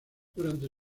durante